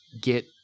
get